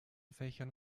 fächern